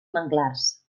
manglars